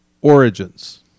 origins